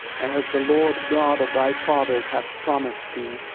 as the lord god of thy fathers hath promised thee,